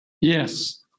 Yes